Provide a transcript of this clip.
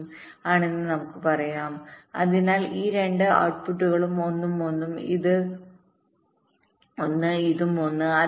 ഉം ആണെന്ന് നമുക്ക് പറയാം അതിനാൽ ഈ രണ്ട് ഔട്ട്പുട്ടുകളും 1 ഉം 1 ഉം ഇത് 1 ഉം ഇതും 1